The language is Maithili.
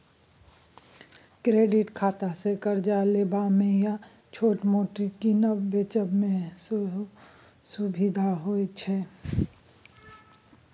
क्रेडिट खातासँ करजा लेबा मे या छोट मोट कीनब बेचब मे सेहो सुभिता होइ छै